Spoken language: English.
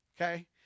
okay